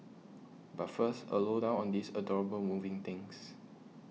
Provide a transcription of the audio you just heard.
but first a low down on these adorable moving things